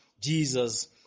Jesus